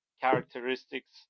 characteristics